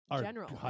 general